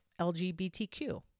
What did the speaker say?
LGBTQ